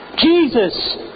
Jesus